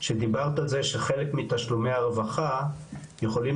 שדיברת על זה שחלק מתשלומי הרווחה יכולים